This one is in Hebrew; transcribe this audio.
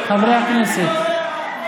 חברי הכנסת.